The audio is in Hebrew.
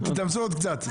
תתאמצו עוד קצת.